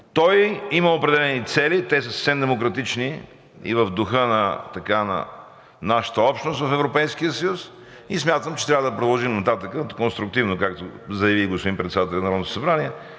Той има определени цели, те са съвсем демократични и в духа на нашата общност в Европейския съюз и смятам, че трябва да продължим нататък конструктивно, както заяви и господин председателят на Народното събрание,